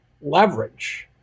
leverage